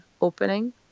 opening